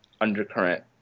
undercurrent